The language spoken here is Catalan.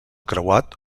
creuat